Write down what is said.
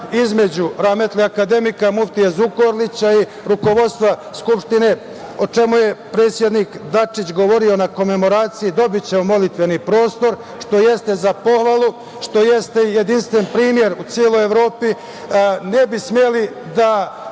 između rahmetli akademika Muftije Zukorlića i rukovodstva Skupštine, o čemu je predsednik Dačić govorio na komemoraciji, dobićemo molitveni prostor, što jeste za pohvalu, što jeste jedinstven primer u celoj Evropi, ne bi smeli da